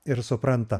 ir supranta